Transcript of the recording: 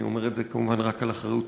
אני אומר את זה רק על אחריותי,